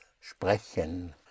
Sprechen